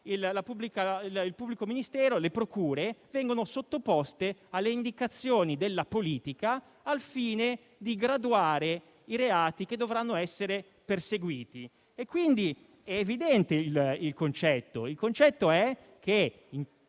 è la seguente: le procure vengono sottoposte alle indicazioni della politica al fine di graduare i reati che dovranno essere perseguiti. È evidente il concetto. Il concetto è che,